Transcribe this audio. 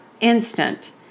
instant